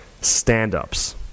Stand-ups